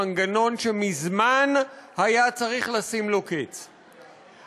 מנגנון שמזמן היה צריך לשים לו קץ.